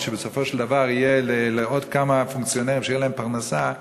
שבסופו של דבר תהיה לעוד כמה פונקציונרים פרנסה,